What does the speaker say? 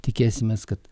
tikėsimės kad